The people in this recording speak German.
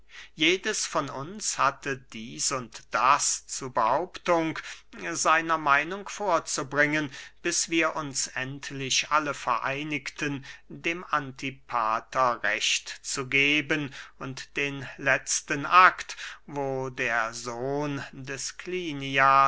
jedes von uns hatte dieß und das zu behauptung seiner meinung vorzubringen bis wir uns endlich alle vereinigten dem antipater recht zu geben und den letzten akt wo der sohn des klinias